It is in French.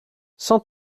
sans